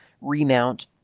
remount